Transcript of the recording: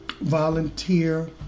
volunteer